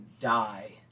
die